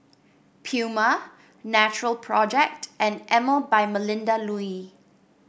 Puma Natural Project and Emel by Melinda Looi